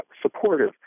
supportive